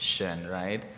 Right